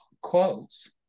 quotes